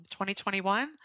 2021